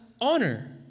honor